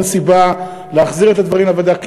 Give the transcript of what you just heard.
אין סיבה להחזיר את הדברים לוועדה,